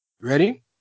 Ready